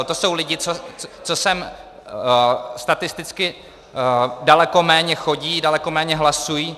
To jsou lidi, co sem statisticky daleko méně chodí, daleko méně hlasují.